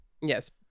Yes